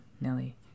Nelly